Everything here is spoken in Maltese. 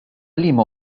liema